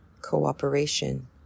cooperation